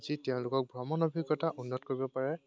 যি তেওঁলোকক ভ্ৰমণ অভিজ্ঞতা উন্নত কৰিব পাৰে